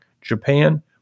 Japan